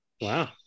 wow